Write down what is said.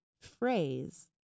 phrase